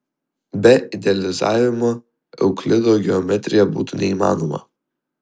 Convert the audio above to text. be idealizavimo euklido geometrija būtų neįmanoma